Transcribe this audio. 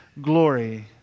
glory